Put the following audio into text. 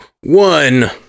one